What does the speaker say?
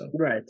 Right